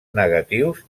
negatius